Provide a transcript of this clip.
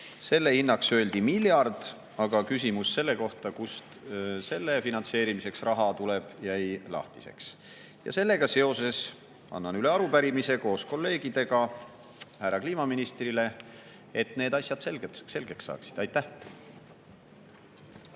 Selle hinnaks öeldi miljard, aga küsimus selle kohta, kust selle finantseerimiseks raha tuleb, jäi lahtiseks. Ja sellega seoses annan üle koos kolleegidega koostatud arupärimise härra kliimaministrile, et need asjad selgeks saaksid. Aitäh!